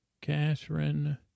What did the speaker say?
Catherine